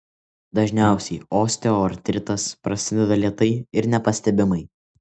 dažniausiai osteoartritas prasideda lėtai ir nepastebimai